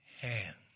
hands